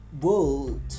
world